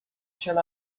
shall